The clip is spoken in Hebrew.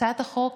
הצעת החוק